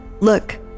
Look